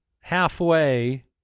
halfway